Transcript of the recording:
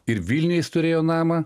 ir vilniuje jis turėjo namą